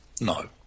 No